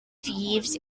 thieves